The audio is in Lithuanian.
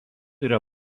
yra